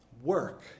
work